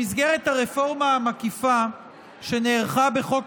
במסגרת הרפורמה המקיפה שנערכה בחוק